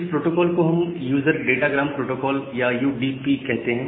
इस प्रोटोकॉल को हम यूजर डाटाग्राम प्रोटोकॉल या यूडीपी कहते हैं